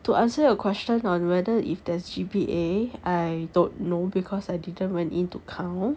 to answer your question on whether if there's G_B_A I don't know because I didn't went into count